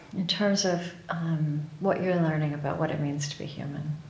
in terms of what you're learning about what it means to be human?